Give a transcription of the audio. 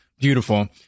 Beautiful